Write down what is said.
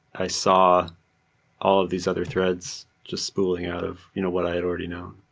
i saw all of these other threads just spooling out of you know what i had already known